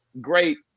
great